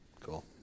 cool